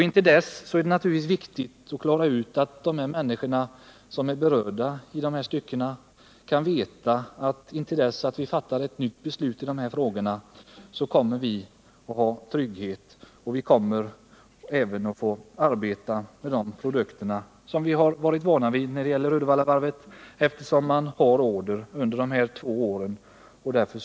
Intill dess är det naturligtvis viktigt att berörda människor kan känna trygghet och får arbeta med de produkter som de är vana vid, eftersom Uddevallavarvet har order för två år framåt.